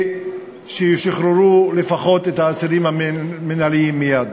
ושישוחררו לפחות האסירים המינהליים מייד.